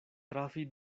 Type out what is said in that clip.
trafi